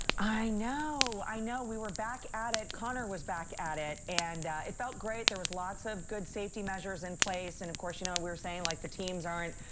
i know, i know. we were back at it. connor was back at it and it felt great. there was lots of good safety measures in place and of course you know we were saying like the teams aren't